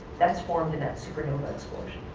that's formed in that supernova explosion.